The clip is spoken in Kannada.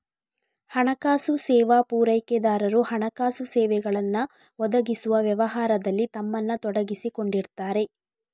ಹಣಕಾಸು ಸೇವಾ ಪೂರೈಕೆದಾರರು ಹಣಕಾಸು ಸೇವೆಗಳನ್ನ ಒದಗಿಸುವ ವ್ಯವಹಾರದಲ್ಲಿ ತಮ್ಮನ್ನ ತೊಡಗಿಸಿಕೊಂಡಿರ್ತಾರೆ